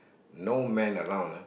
no man around